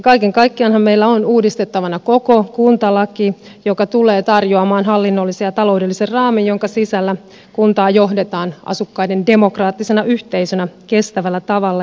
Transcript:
kaiken kaikkiaanhan meillä on uudistettavana koko kuntalaki joka tulee tarjoamaan hallinnollisen ja taloudellisen raamin jonka sisällä kuntaa johdetaan asukkaiden demokraattisena yhteisönä kestävällä tavalla